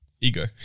Ego